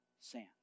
sand